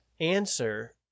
answer